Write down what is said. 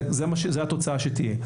זאת התוצאה שתהיה.